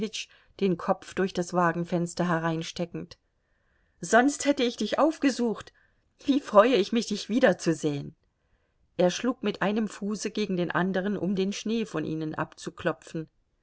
den kopf durch das wagenfenster hereinsteckend sonst hätte ich dich aufgesucht wie freue ich mich dich wiederzusehen er schlug mit einem fuße gegen den andern um den schnee von ihnen abzuklopfen